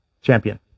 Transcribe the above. champion